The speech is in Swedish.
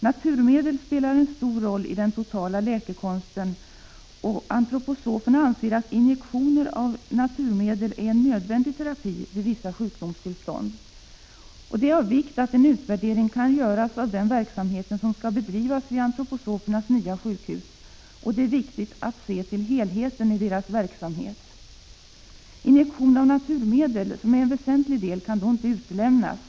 Naturmedel spelar en stor roll i den totala läkekonsten, och antroposoferna anser att injektioner av naturmedel är en nödv Det är av vikt att en utvärdering kan göras av den verksamhet som skall bedrivas vid antroposofernas nya sjukhus i Järna. Det är viktigt att se till helheten i deras verksamhet. Injektion av naturmedel som är en väsentlig del kan då inte utelämnas.